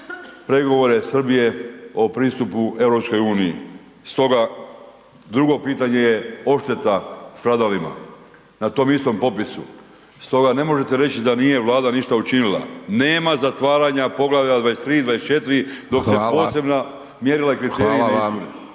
pregovore Srbije o pristupu EU. Stoga, drugo pitanje je odšteta stradalima na tom istom popisu, stoga ne možete reći da nije Vlada ništa učinila, nema zatvaranja Poglavlja 23, 24 dok se…/Upadica: Hvala/…posebna mjerila